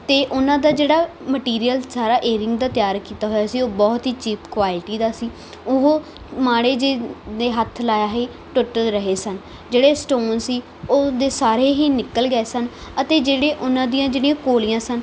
ਅਤੇ ਉਹਨਾਂ ਦਾ ਜਿਹੜਾ ਮਟੀਰੀਅਲ ਸਾਰਾ ਏਰਿੰਗ ਤੋਂ ਤਿਆਰ ਕੀਤਾ ਹੋਇਆ ਸੀ ਉਹ ਬਹੁਤ ਹੀ ਚੀਪ ਕੁਆਲਿਟੀ ਦਾ ਸੀ ਉਹ ਮਾੜੇ ਜੇ ਦੇ ਹੱਥ ਲਾਇਆਂ ਹੀ ਟੁੱਟ ਰਹੇ ਸਨ ਜਿਹੜੇ ਸਟੋਨ ਸੀ ਉਹਦੇ ਸਾਰੇ ਹੀ ਨਿਕਲ ਗਏ ਸਨ ਅਤੇ ਜਿਹੜੇ ਉਹਨਾਂ ਦੀਆਂ ਜਿਹੜੀਆਂ ਕੌਲੀਆਂ ਸਨ